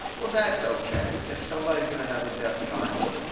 well, that's okay. if somebody's going to have a deaf child,